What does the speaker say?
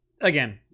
Again